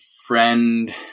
friend